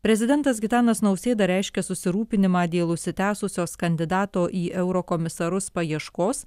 prezidentas gitanas nausėda reiškia susirūpinimą dėl užsitęsusios kandidato į eurokomisarus paieškos